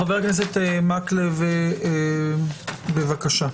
חבר הכנסת מקלב, בבקשה.